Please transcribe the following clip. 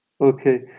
Okay